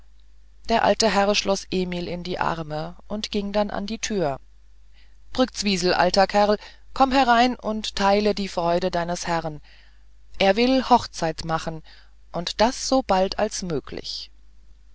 der alte herr schloß emil in die arme und ging dann an die türe brktzwisl alter kerl komm herein und teile die freude deines herrn er will hochzeit machen und das so bald als möglich